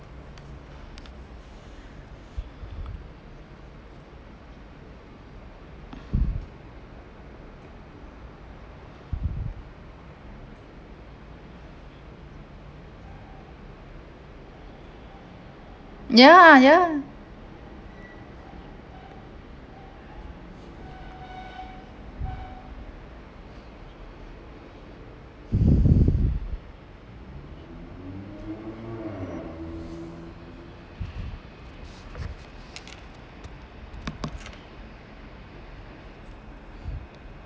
ya ya